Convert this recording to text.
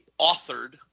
authored